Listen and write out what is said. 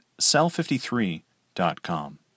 cell53.com